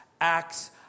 acts